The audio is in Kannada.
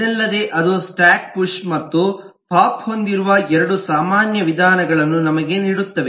ಇದಲ್ಲದೆ ಅದು ಸ್ಟಾಕ್ ಪುಶ್ ಮತ್ತು ಪೋಪ್ ಹೊಂದಿರುವ ಎರಡು ಸಾಮಾನ್ಯ ವಿಧಾನಗಳನ್ನು ನಮಗೆ ನೀಡುತ್ತದೆ